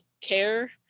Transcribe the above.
care